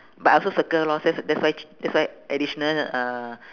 but I also circle lor that's the that's why ch~ that's why additional uh